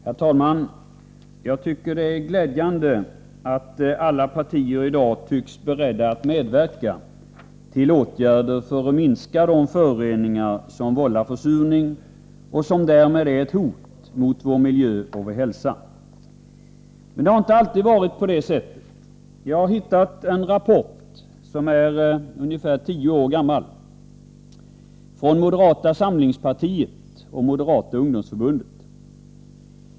Herr talman! Jag tycker det är glädjande att alla partier i dag tycks vara beredda till åtgärder för att minska de föroreningar som vållar försurningar och som därmed är ett hot mot vår miljö och vår hälsa. Men det har inte alltid varit på det sättet. Jag har hittat en rapport som är ungefär tio år gammal. Den är från moderata samlingspartiet och moderata ungdomsförbundet.